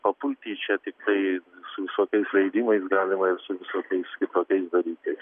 papulti į čia tiktai su visokiais žaidimais galima ir su visokiais kitokiais dalykais